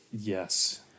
Yes